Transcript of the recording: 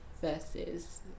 versus